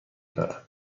دارد